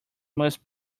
must